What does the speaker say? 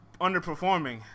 underperforming